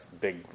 big